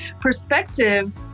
Perspective